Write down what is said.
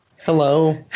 Hello